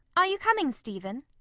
are you coming, stephen?